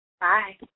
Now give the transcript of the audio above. Bye